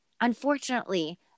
unfortunately